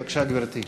בבקשה, גברתי.